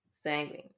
Sanguine